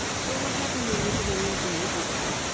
so what happened when whitlam went in to meet nixon?